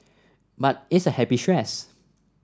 but it's a happy stress